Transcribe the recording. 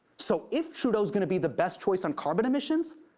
so if trudeau's gonna be the best choice on carbon emissions,